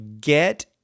get